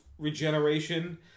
regeneration